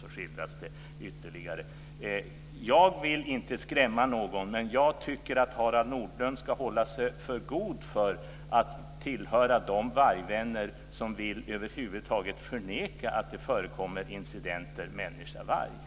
Det skildras ytterligare. Jag vill inte skrämma någon, men jag tycker att Harald Nordlund ska hålla sig för god för att tillhöra de vargvänner som över huvud taget vill förneka att det förekommer incidenter människa-varg.